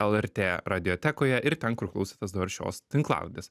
lrt radiotekoje ir ten kur klausotės dabar šios tinklalaidės